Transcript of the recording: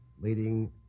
leading